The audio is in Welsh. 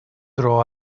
dro